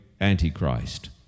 Antichrist